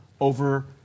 over